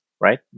right